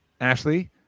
Ashley